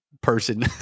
person